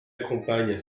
accompagne